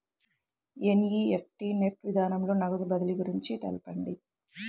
NEFT NEFT విధానంలో నగదు బదిలీ గురించి తెలుపండి?